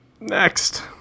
Next